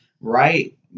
right